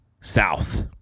south